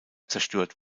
zerstört